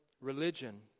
religion